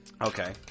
Okay